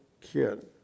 kid